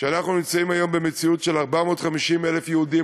שאנחנו נמצאים היום במציאות של 450,000 יהודים,